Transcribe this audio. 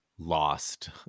Lost